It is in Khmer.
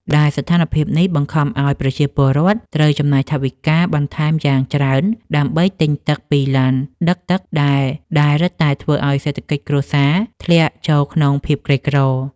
ដែលស្ថានភាពនេះបង្ខំឱ្យប្រជាពលរដ្ឋត្រូវចំណាយថវិកាបន្ថែមយ៉ាងច្រើនដើម្បីទិញទឹកពីឡានដឹកទឹក ដែលរឹតតែធ្វើឱ្យសេដ្ឋកិច្ចគ្រួសារធ្លាក់ចូលក្នុងភាពក្រីក្រ។